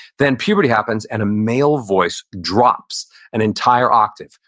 then puberty happens and a male voice drops an entire octave,